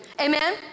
Amen